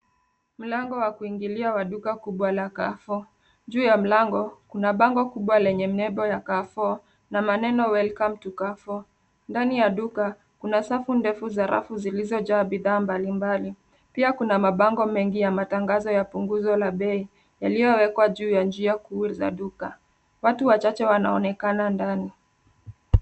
Mlango wa kuingilia wa duka kubwa la Carrefour. Juu ya mlango, kuna bango kubwa lenye nembo ya Carrefour na maneno welcome to Carrefour. Ndani ya duka kuna safu ndefu za rafu zilizojaa bidhaa mbalimbali. Pia kuna mabango mengi ya matangazo ya punguzo la bei yaliyowekwa juu ya njia kuu za duka. Watu wachache wanaonekana ndani.